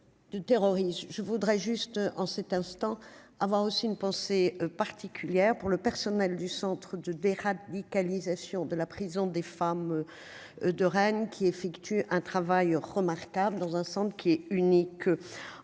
je voudrais juste en cet instant avoir aussi une pensée particulière pour le personnel du centre de déradicalisation, de la prison des femmes de Rennes qui effectue un travail remarquable dans un centre qui est unique